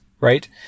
right